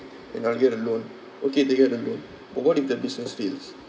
and I'll get a loan okay they get a loan but what if the business fails